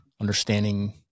understanding